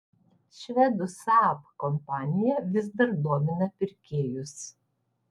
švedų saab kompanija vis dar domina pirkėjus